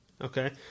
Okay